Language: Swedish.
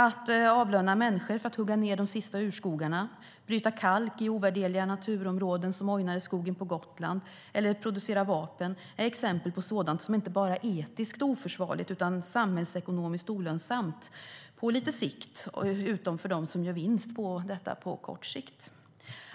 Att avlöna människor för att hugga ned de sista urskogarna, bryta kalk i ovärderliga naturområden som Ojnareskogen på Gotland eller producera vapen är exempel på sådant som inte bara är etiskt oförsvarligt utan samhällsekonomiskt olönsamt på lite sikt, utom för de som gör vinst på detta på kort sikt.